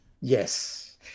yes